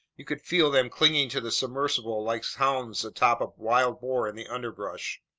you could feel them clinging to the submersible like hounds atop a wild boar in the underbrush.